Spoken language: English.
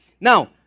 Now